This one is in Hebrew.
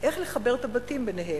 איך לחבר את הבתים ביניהם,